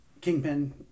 Kingpin